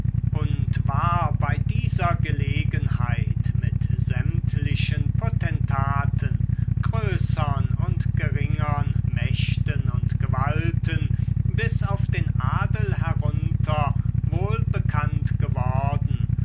und war bei dieser gelegenheit mit sämtlichen potentaten größern und geringern mächten und gewalten bis auf den adel herunter wohl bekannt geworden